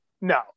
No